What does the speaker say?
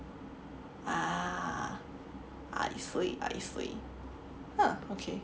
ah I see I see !huh! okay